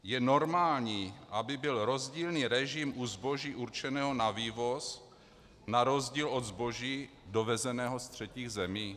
Je normální, aby byl rozdílný režim u zboží určeného na vývoz na rozdíl od zboží dovezeného z třetích zemí?